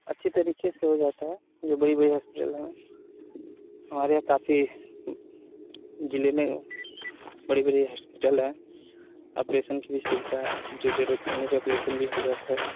अच्छी तरीके से हो जाता है जो बड़ी बड़ी हॉस्पिटल हैं हमारे यहाँ काफी जिले में बड़ी बड़ी हॉस्पिटल है ऑपरेसन के भी सुविधा है जो जरूरत पड़ने पर ऑपरेसन भी हो जाता है